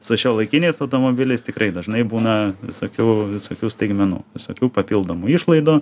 su šiuolaikiniais automobiliais tikrai dažnai būna visokių visokių staigmenų visokių papildomų išlaidų